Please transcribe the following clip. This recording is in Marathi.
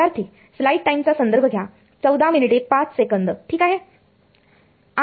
विद्यार्थी ठीक आहे